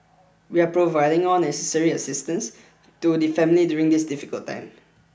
we are providing all necessary assistance to the family during this difficult time